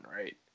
Right